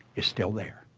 is still there.